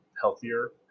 healthier